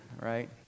right